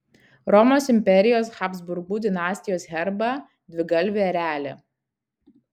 romos imperijos habsburgų dinastijos herbą dvigalvį erelį